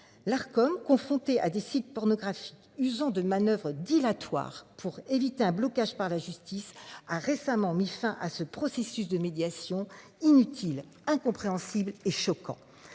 l'Arcom confronté à des sites pornographiques, usant de manoeuvres dilatoires pour éviter un blocage par la justice a récemment mis fin à ce processus de médiation inutile incompréhensible et choquant.